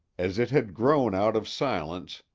as it had grown out of silence,